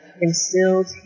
instilled